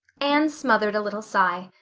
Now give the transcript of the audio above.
anne smothered a little sigh.